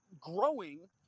growing